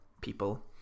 people